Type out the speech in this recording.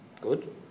Good